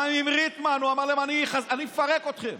גם עם ריטמן הוא אמר להם: אני מפרק אתכם.